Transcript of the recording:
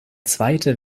zweite